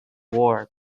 war